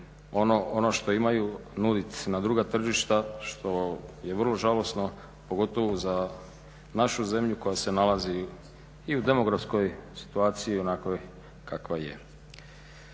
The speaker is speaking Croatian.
ono što imaju nuditi na druga tržišta što je vrlo žalosno pogotovo za našu zemlju koja se nalazi i u demografskoj situaciji u onakvoj kakva je.